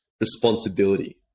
responsibility